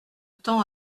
temps